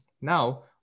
now